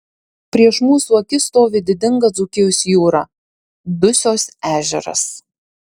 prieš mūsų akis stovi didinga dzūkijos jūra dusios ežeras